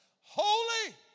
holy